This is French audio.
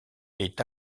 est